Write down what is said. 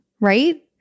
Right